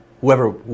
whoever